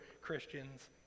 christians